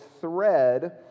thread